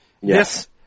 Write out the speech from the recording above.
Yes